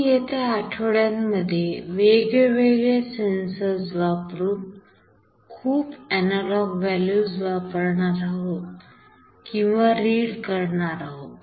आपण येत्या आठवड्यांमध्ये वेगवेगळे sensors वापरून खूप analog values वापरणार आहोत किंवा read करणार आहोत